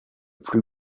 plus